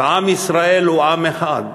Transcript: ועם ישראל הוא עם אחד,